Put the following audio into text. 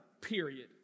period